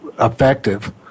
effective